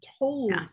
told